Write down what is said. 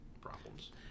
problems